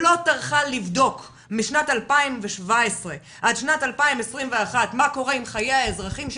שלא טרחה לבדוק משנת 2017 עד שנת 2021 מה קורה עם חיי האזרחים שלה,